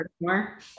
more